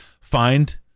find